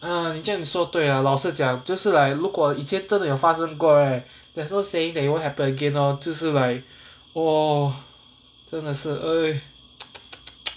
uh 你这样你说对 ah 老师讲就是 like 如果以前真的有发生过 right that's no saying that it won't happen again lor 就是 like oh 真的是 eh